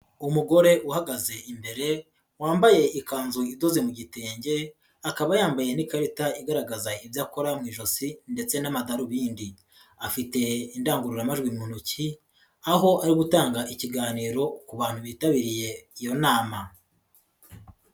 Umugore uhagaze imbere, wambaye ikanzu idoze mu gitenge, akaba yambaye n'ikarita igaragaza ibyo akora mu ijosi ndetse n'amadarubindi, afite indangururamajwi mu ntoki, aho ari gutanga ikiganiro ku bantu bitabiriye iyo nama.